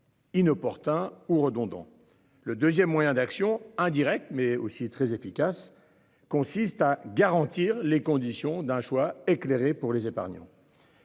Inopportun ou redondants. Le 2ème moyen d'action indirecte mais aussi très efficace consiste à garantir les conditions d'un choix éclairé pour les épargnants.